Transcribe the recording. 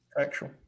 Actual